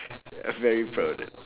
ya very proud of that